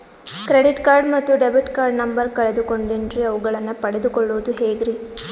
Credit card ಮತ್ತು debit card number ಕಳೆದುಕೊಂಡಿನ್ರಿ ಅವುಗಳನ್ನ ಪಡೆದು ಕೊಳ್ಳೋದು ಹೇಗ್ರಿ?